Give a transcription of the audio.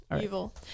Evil